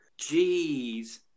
Jeez